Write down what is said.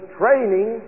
training